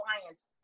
clients